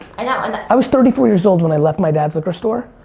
and i was thirty four years old when i left my dad's liquor store,